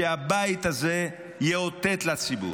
שהבית הזה יאותת לציבור: